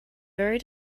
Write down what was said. very